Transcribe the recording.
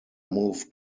moved